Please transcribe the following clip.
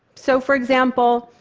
so for example,